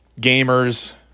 gamers